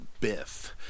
Biff